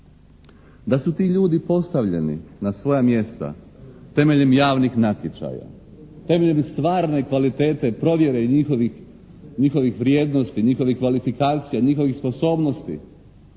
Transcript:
Da su ti ljudi postavljeni na svoja mjesta temeljem javnih natječaja, temeljem stvarne kvalitete provjere i njihovih vrijednosti, njihovih kvalifikacija, njihovih sposobnosti